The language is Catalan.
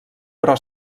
però